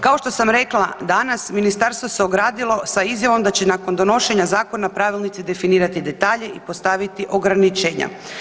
Kao što sam rekla danas, ministarstvo se ogradilo sa izjavom da će nakon donošenja zakona pravilnici definirati detalje i postaviti ograničenja.